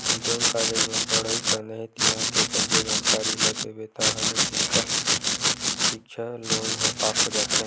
जउन कॉलेज म पड़हई करना हे तिंहा के सब्बो जानकारी ल देबे ताहाँले सिक्छा लोन ह पास हो जाथे